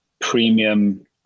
premium